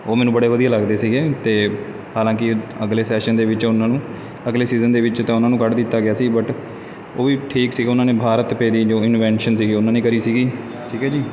ਉਹ ਮੈਨੂੰ ਬੜੇ ਵਧੀਆ ਲੱਗਦੇ ਸੀਗੇ ਤੇ ਹਾਲਾਂਕਿ ਅਗਲੇ ਸੈਸ਼ਨ ਦੇ ਵਿੱਚ ਉਹਨਾਂ ਨੂੰ ਅਗਲੇ ਸੀਜ਼ਨ ਦੇ ਵਿੱਚ ਤਾਂ ਉਹਨਾਂ ਨੂੰ ਕੱਢ ਦਿੱਤਾ ਗਿਆ ਸੀ ਬਟ ਉਹ ਵੀ ਠੀਕ ਸੀ ਉਹਨਾਂ ਨੇ ਭਾਰਤ ਪੇ ਦੀ ਜੋ ਇਨਵੈਂਸ਼ਨ ਸੀ ਉਹਨਾਂ ਨੇ ਕਰੀ ਸੀਗੀ ਠੀਕ ਹੈ ਜੀ